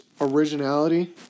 originality